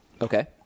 Okay